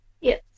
Yes